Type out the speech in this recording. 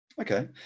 okay